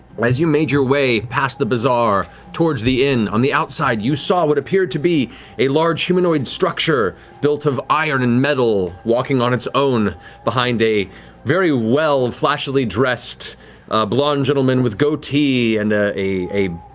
as you made your way past the bazaar towards the inn, on the outside you saw what appeared to be a large humanoid structure built of iron and metal walking on its own behind a very flashily dressed blond gentleman with goatee and a,